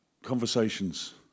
Conversations